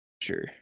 Sure